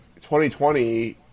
2020